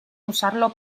usarlo